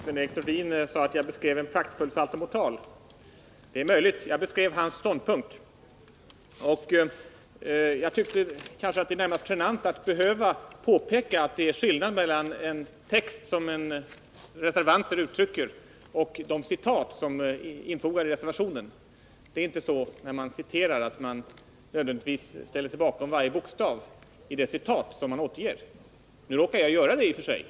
Herr talman! Sven-Erik Nordin sade att jag beskrev en saltomortal. Det är möjligt — jag beskrev Sven-Erik Nordins ståndpunkt. Jag tyckte att det närmast var genant att behöva påpeka att det är skillnad mellan den text som reservanterna står bakom och de citat som är infogade i reservationen. Det är inte så att man i samband med ett citat som återges nödvändigtvis ställer sig bakom varje bokstav i detta. Nu råkar jag i och för sig göra det.